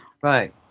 Right